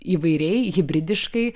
įvairiai hibridiškai